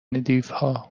دیوها